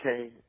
okay